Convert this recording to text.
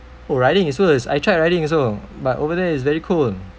oh riding also is I tried riding also but over there is very cold